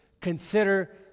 Consider